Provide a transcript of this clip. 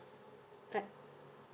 fact